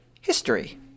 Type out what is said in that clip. history